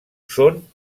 són